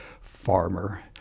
farmer